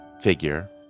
figure